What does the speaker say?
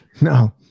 No